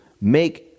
make